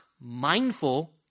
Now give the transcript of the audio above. mindful